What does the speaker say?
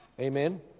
Amen